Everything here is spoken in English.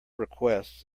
requests